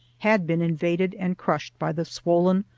had been invaded and crushed by the swollen,